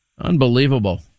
unbelievable